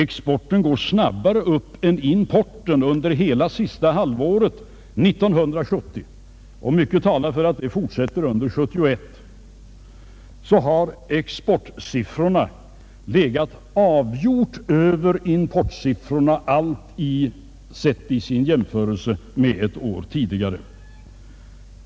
Exporten stiger snabbare än importen. Under hela sista halvåret 1970 — och mycket talar för att det fortsätter under 1971 — har exportsiffrorna legat avgjort över importsiffrorna, allt sett i jämförelse med ett år tidigare.